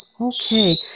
Okay